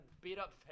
beat-up